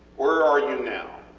where are you now?